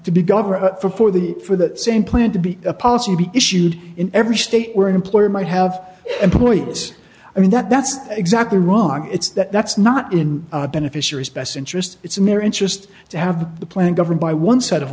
to be governor for for the for the same plan to be a policy be issued in every state where an employer might have employees i mean that that's exactly wrong it's that that's not in beneficiaries best interest it's a mere interest to have the plan governed by one set of